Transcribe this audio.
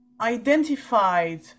identified